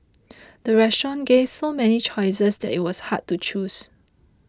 the restaurant gave so many choices that it was hard to choose